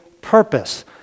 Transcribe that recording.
purpose